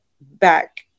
back